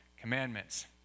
commandments